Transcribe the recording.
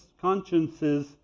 consciences